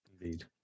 indeed